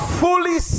fully